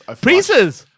Pieces